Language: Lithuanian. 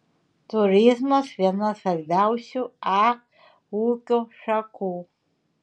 turizmas viena svarbiausių a ūkio šakų